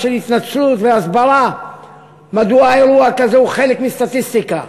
של התנצלות והסברה מדוע אירוע כזה הוא חלק מהסטטיסטיקה.